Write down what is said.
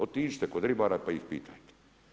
Otiđite kod riba pa ih pitajte.